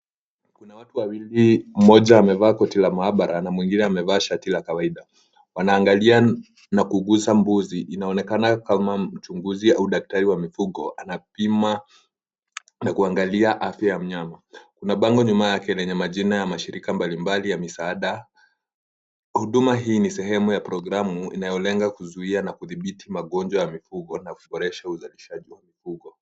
Kuna watu wawili mmoja amevaa koti ya maabara na mwengine amevaa shati la kawaida. Wanaangalia na kuguza mbuzi. Inaonekana kama mchunguzi au daktari wa mifugo anapima na kuangalia afya ya mnyama. Kuna bango nyuma yake lenye majina ya mashirika mbalimbali ya misaada. Huduma hii ni sehemu ya programu inayolenga kuzuia na kudhibiti magonjwa ya mifugo na kuboresha uzalishaji wa mifugo.